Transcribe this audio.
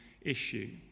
issue